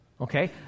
okay